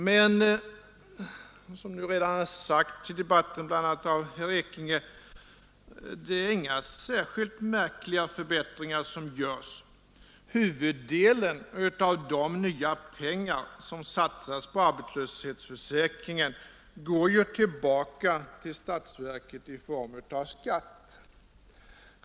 Men — som redan har sagts i debatten, bland andra av herr Ekinge — det är inga särskilt märkliga förbättringar som vidtas. Huvuddelen av de nya pengar som satsas på arbetslöshetsförsäkringen går ju tillbaka till statsverket i form av skatt.